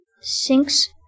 sinks